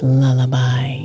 lullaby